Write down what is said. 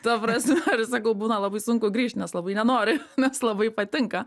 ta prasme ir sakau būna labai sunku grįžt nes labai nenoriu nes labai patinka